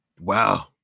Wow